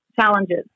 challenges